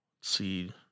see